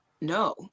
no